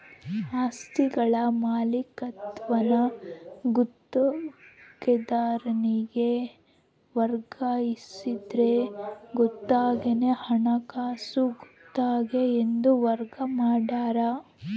ಆಸ್ತಿಗಳ ಮಾಲೀಕತ್ವಾನ ಗುತ್ತಿಗೆದಾರನಿಗೆ ವರ್ಗಾಯಿಸಿದ್ರ ಗುತ್ತಿಗೆನ ಹಣಕಾಸು ಗುತ್ತಿಗೆ ಎಂದು ವರ್ಗ ಮಾಡ್ಯಾರ